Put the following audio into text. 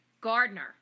Gardner